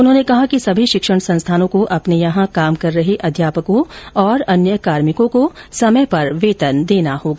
उन्होंने कहा कि सभी शिक्षण संस्थानों को अपने यहां काम कर रहे अध्यापकों और अन्य कार्मिकों को समय पर वेतन देना होगा